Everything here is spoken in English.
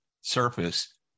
surface